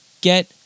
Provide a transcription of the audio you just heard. Get